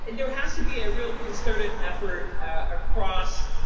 and there has to be a real concerted effort across